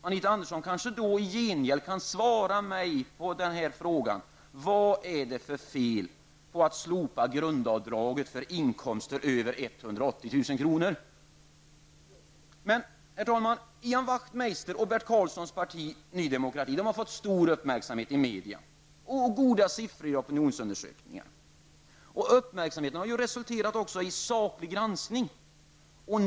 Anita Johansson kanske då i gengäld kan svara mig på frågan vad det är för fel på att slopa grundavdraget för inkomster över 180 000 kr. Herr talman! Ian Wachtmeisters och Bert Karlssons parti Ny demokrati har fått stor uppmärksamhet i media och goda siffror i opinionsundersökningar. Uppmärksamheten har även resulterat i saklig granskning.